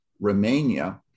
Romania